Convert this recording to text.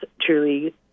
truly